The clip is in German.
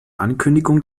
ankündigung